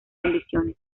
condiciones